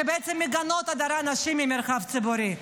שבעצם מגנות הדרת נשים מהמרחב הציבורי.